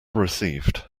received